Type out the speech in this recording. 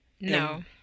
No